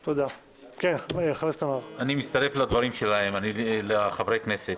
אני מצטרף לדברים של חברי הכנסת.